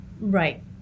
Right